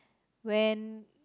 when